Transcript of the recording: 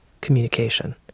communication